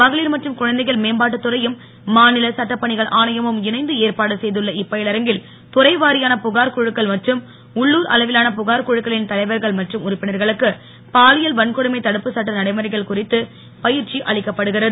மகளிர் மற்றும் குழந்தைகள் மேம்பாட்டுத் துறையும் மாநில சட்டப் பணிகள் ஆணையமும் இணைந்து ஏற்பாடு செய்துள்ள இப்பயிலரங்கில் துறைவாரியான புகார் குழுக்கள் மற்றும் உள்ளூர் அளவிலான புகார் குழுக்களின் தலைவர்கள் மற்றும் உறுப்பினர்களுக்கு பாலியல் வன்கொடுமை தடுப்பு சட்ட நடைமுறைகள் குறித்து பயிற்சி அளிக்கப்படுகிறது